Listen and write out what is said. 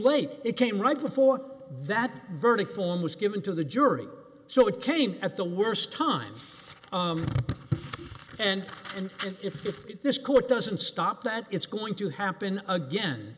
late it came right before that verdict form was given to the jury so it came at the worst time and and if this court doesn't stop that it's going to happen again